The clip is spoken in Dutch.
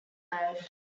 fornuis